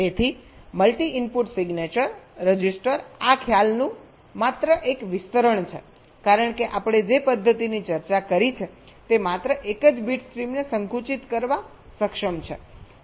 તેથી multi input signature register આ ખ્યાલનું માત્ર એક વિસ્તરણ છે કારણ કે આપણે જે પદ્ધતિની ચર્ચા કરી છે તે માત્ર એક જ બીટ સ્ટ્રીમને સંકુચિત કરવા સક્ષમ છે